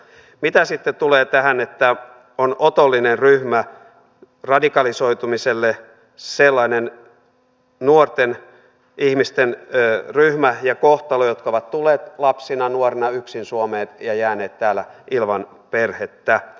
mitä sitten tulee tähän että on otollinen ryhmä radikalisoitumiselle sellainen nuorten ihmisten ryhmä ja kohtalo jotka ovat tulleet lapsina nuorina yksin suomeen ja jääneet täällä ilman perhettä